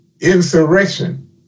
insurrection